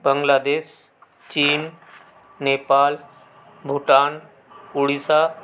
बंगलादेश चीन नेपाल भुटान उड़ीसा